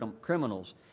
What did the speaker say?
criminals